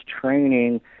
training